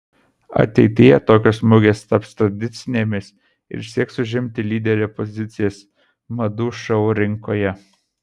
ateityje tokios mugės taps tradicinėmis ir sieks užimti lyderio pozicijas madų šou rinkoje